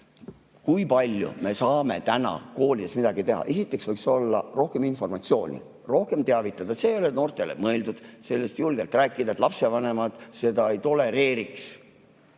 Kui palju me saame täna koolides midagi teha? Esiteks võiks olla rohkem informatsiooni. Rohkem võiks teavitada, et see ei ole noortele mõeldud, julgelt rääkida, et lapsevanemad seda ei tolereeriks.